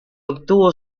obtuvo